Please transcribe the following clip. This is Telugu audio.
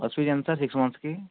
బస్సు ఫీస్ ఎంత సిక్స్ మంత్స్కి